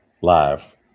live